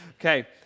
Okay